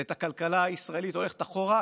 ואת הכלכלה הישראלית הולכת אחורה,